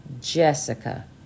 Jessica